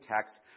text